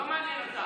קודם דילגו עליך.